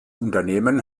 unternehmen